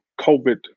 COVID